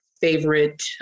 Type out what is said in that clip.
favorite